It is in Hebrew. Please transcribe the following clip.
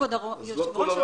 כבוד היושב ראש,